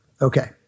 Okay